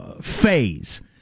phase